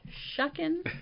shucking